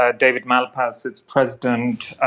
ah david malpass, its president,